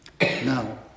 Now